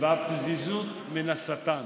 והפזיזות מן השטן.